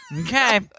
Okay